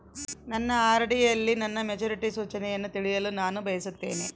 ನನ್ನ ಆರ್.ಡಿ ಯಲ್ಲಿ ನನ್ನ ಮೆಚುರಿಟಿ ಸೂಚನೆಯನ್ನು ತಿಳಿಯಲು ನಾನು ಬಯಸುತ್ತೇನೆ